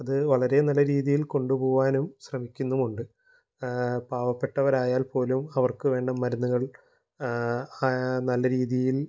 അതു വളരെ നല്ല രീതിയിൽ കൊണ്ട് പോകാനും ശ്രമിക്കുന്നുമുണ്ട് പാവപ്പെട്ടവരായാൽ പോലും അവർക്ക് വേണ്ടുന്ന മരുന്നുകൾ നല്ല രീതിയിൽ